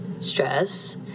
stress